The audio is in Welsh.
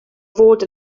fod